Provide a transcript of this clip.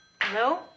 hello